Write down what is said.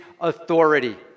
authority